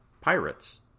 Pirates